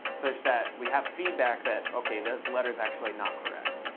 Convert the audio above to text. such that we have feedback that, ok, that letter is actually not correct.